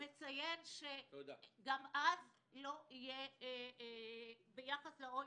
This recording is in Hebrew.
הדוח של הממ"מ מציין שגם אז לא יהיה ביחס ל-OECD,